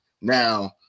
Now